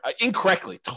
incorrectly